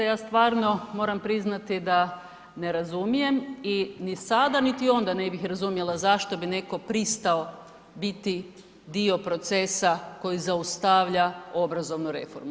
Ja stvarno moram priznati da ne razumijem i ni sada niti onda ne bih razumjela zašto bi neko pristao biti dio procesa koji zaustavlja obrazovnu reformu.